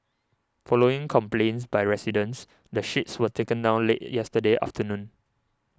following complaints by residents the sheets were taken down late yesterday afternoon